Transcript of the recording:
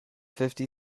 fifty